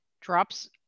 Drops